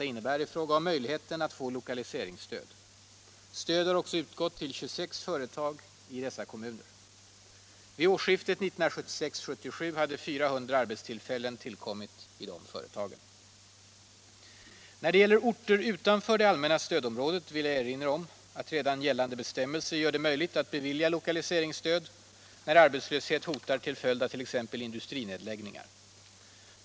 När det gäller orter utanför det allmänna stödområdet vill jag erinra om att redan gällande bestämmelser gör det möjligt att bevilja lokaliseringsstöd när arbetslöshet hotar till följd av t.ex. industrinedläggningar.